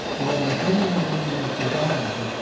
or generally ignorant, as i am,